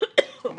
זאת אומרת,